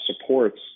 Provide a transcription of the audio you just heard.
supports